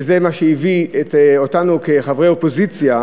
וזה מה שהביא אותנו כחברי אופוזיציה